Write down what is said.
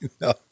No